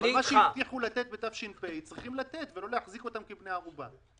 אבל מה שהבטיחו לתת בתש"ף צריך לתת ולא להחזיק אותם כבני ערובה.